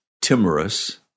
Timorous